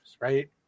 right